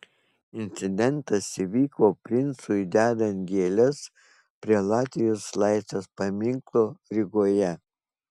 incidentas įvyko princui dedant gėles prie latvijos laisvės paminklo rygoje